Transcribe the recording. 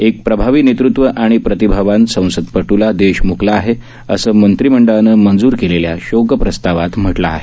एक प्रभावी नेतृत्व आणि प्रतिभावान संसदपटूला देश म्कला आहे असं मंत्रिमंडळानं मंजूर केलेल्या शोक प्रस्तावात म्हटलं आहे